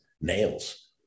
nails